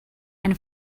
and